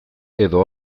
edo